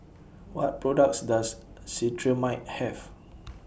What products Does Cetrimide Have